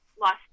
lost